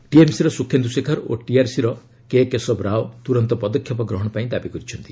ଟିଏମ୍ସିର ସ୍ରଖେନ୍ଦ୍ର ଶେଖର ଓ ଟିଆର୍ଏସ୍ର କେ କେଶବ ରାଓ ତ୍ରରନ୍ତ ପଦକ୍ଷେପ ଗ୍ରହଣ ପାଇଁ ଦାବି କରିଛନ୍ତି